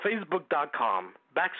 facebook.com/backslash